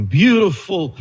beautiful